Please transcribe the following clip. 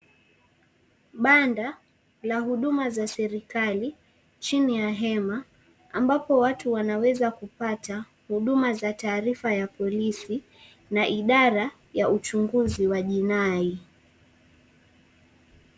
Banda la huduma za serikali, chini ya hema, ambapo watu wanaweza kupata huduma za taarifa ya polisi na idara ya uchunguzi wa jinai.